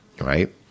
right